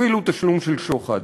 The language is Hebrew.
אפילו תשלום שוחד.